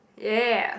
ya